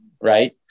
right